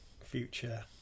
future